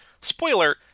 Spoiler